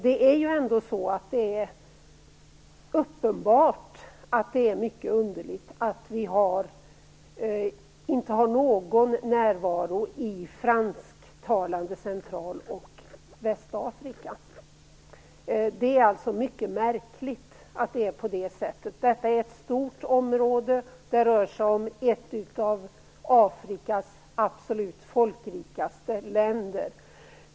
Det är ändå uppenbart att det är mycket underligt att vi inte har någon närvaro i fransktalande Central och Västafrika. Det är alltså mycket märkligt att det är på det sättet. Detta är ett stort område. Det rör sig om ett av Afrikas absolut folkrikaste länder.